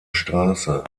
straße